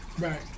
Right